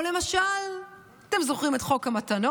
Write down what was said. או למשל, אתם זוכרים את חוק המתנות?